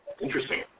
interesting